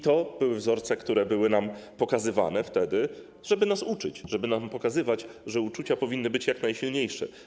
To były wzorce pokazywane wtedy, żeby nas uczyć, żeby nam pokazywać, że uczucia powinny być jak najsilniejsze.